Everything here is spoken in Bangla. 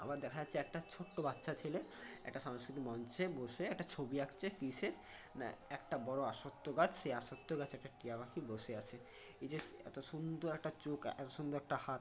আবার দেখা যাচ্ছে একটা ছোট্ট বাচ্চা ছেলে একটা সাংস্কৃতিক মঞ্চে বসে একটা ছবি আঁকছে কিসের না একটা বড় অশ্বত্থ গাছ সেই অশ্বত্থ গাছে একটা টিয়া পাখি বসে আছে এই যে এত সুন্দর একটা চোখ এত সুন্দর একটা হাত